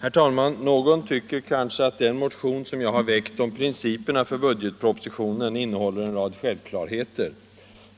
Herr talman! Någon tycker kanske att den motion som jag har väckt om principerna för budgetpropositionen innehåller en rad självklarheter.